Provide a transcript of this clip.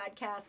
podcast